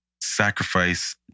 sacrifice